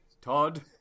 Todd